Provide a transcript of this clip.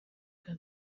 bwa